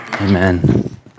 Amen